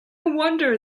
wonder